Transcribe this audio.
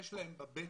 יש להם בבטן,